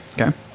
Okay